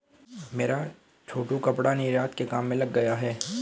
मेरा छोटू कपड़ा निर्यात के काम में लग गया है